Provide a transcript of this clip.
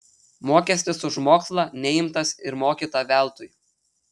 mokestis už mokslą neimtas ir mokyta veltui